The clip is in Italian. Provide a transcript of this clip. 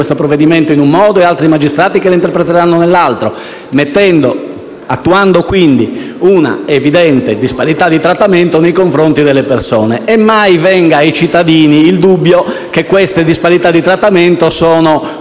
nel provvedimento in un modo e altri che le interpreteranno in un altro, attuando quindi una evidente disparità di trattamento nei confronti delle persone (e mai verrà ai cittadini il dubbio che queste disparità di trattamento sono